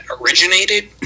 originated